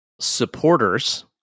supporters